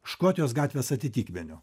škotijos gatvės atitikmeniu